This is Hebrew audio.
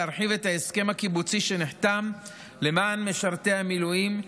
להרחיב את ההסכם הקיבוצי שנחתם למען משרתי המילואים,